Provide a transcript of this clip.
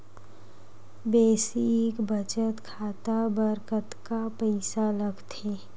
Basic बचत खाता बर कतका पईसा लगथे?